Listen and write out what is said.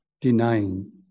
denying